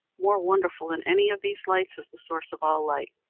more wonderful than any of these lights is the source of all light.